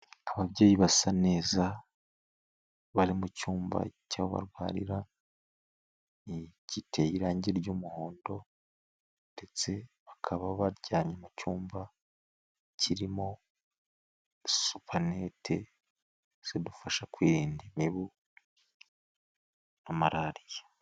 Ababyeyi basa neza, bari mu cyumba cy'ahobarwarira, giteye irangi ry'umuhondo, ndetse bakaba baryamye mu cyumba kirimo supanete zidufasha kwirinda imibu itera malariya.